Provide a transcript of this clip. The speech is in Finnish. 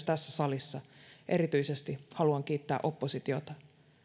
tässä salissa erityisesti haluan kiittää oppositiota